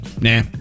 Nah